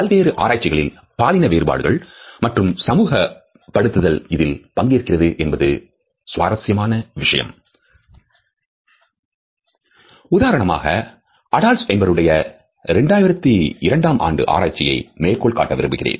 பல்வேறு ஆராய்ச்சிகளில் பாலின வேறுபாடுகள் மற்றும் சமூகப் படுத்துதல் இதில் பங்கேற்கிறது என்பது சுவாரசியமான விஷயம் உதாரணமாக Adolphs என்பவருடைய 2002 ஆண்டு ஆராய்ச்சியை மேற்கோள் காட்ட விரும்புகிறேன்